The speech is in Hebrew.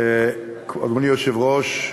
אדוני היושב-ראש,